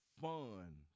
fun